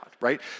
right